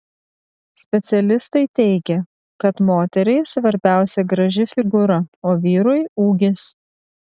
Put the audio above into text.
specialistai teigia kad moteriai svarbiausia graži figūra o vyrui ūgis